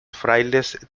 frailes